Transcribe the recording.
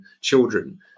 children